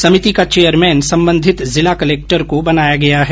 समिति का चेयरमैन संबंधित जिला कलक्टर को बनाया गया है